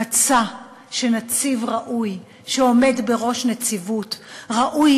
מצא שנציב ראוי שעומד בראש נציבות ראוי